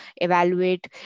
evaluate